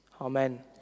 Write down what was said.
amen